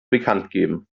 bekanntgeben